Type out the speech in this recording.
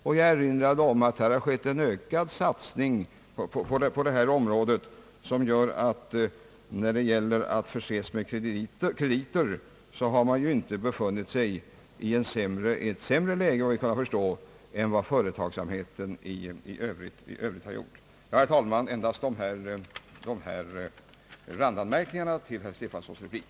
Jag erinrar om att det har skett en ökad satsning på detta område som gör, att när det gäller att förse sig med krediter har denna typ av företag inte befunnit sig i ett sämre läge än företagsamheten i Övrigt. Ja, herr talman, detta var närmast några randanmärkningar till herr Stefansons replik.